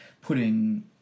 putting